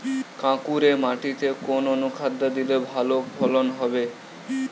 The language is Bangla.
কাঁকুরে মাটিতে কোন অনুখাদ্য দিলে ভালো ফলন হবে?